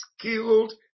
skilled